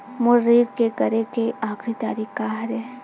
मोर ऋण के करे के आखिरी तारीक का हरे?